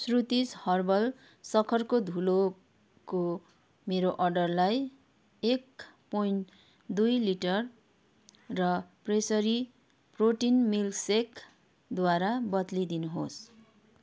श्रुतिस् herbal सक्खरको धुलोको मेरो अर्डरलाई एक पोइन्ट दुई लिटर र प्रेसरी प्रोटिन मिल्कसेकद्वारा बद्लिदिनुहोस्